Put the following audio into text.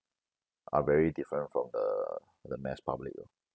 are very different from uh the mass public lor